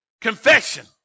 confession